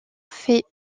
faits